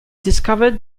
discovered